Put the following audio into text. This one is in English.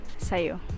Sayo